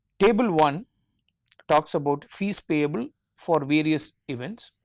table one talks about fees payable for various events